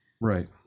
right